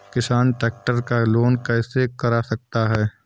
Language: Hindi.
किसान ट्रैक्टर का लोन कैसे करा सकता है?